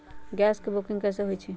Gas के booking कैसे होईछई?